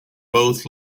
both